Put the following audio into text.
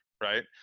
right